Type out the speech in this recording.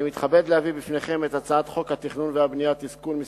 אני מתכבד להביא בפניכם את הצעת חוק התכנון והבנייה (תיקון מס'